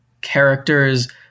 characters